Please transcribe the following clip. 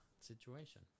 situation